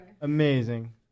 Amazing